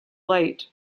late